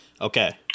Okay